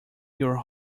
your